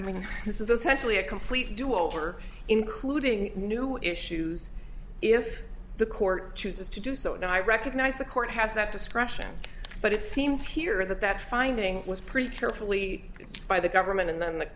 i mean this is essentially a complete do over including new issues if the court chooses to do so and i recognize the court has that discretion but it seems here that that finding was pretty carefully by the government and then the